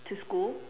to school